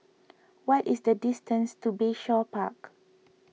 what is the distance to Bayshore Park